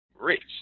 rich